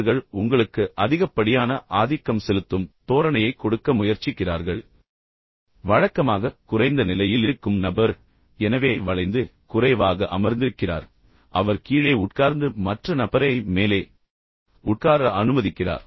அவர்கள் உங்களுக்கு அதிகப்படியான ஆதிக்கம் செலுத்தும் தோரணையைக் கொடுக்க முயற்சிக்கிறார்கள் வழக்கமாக குறைந்த நிலையில் இருக்கும் நபர் எனவே வளைந்து குறைவாக அமர்ந்திருக்கிறார் எனவே அவர் கீழே உட்கார்ந்து மற்ற நபரை மேலே உட்கார அனுமதிக்கிறார்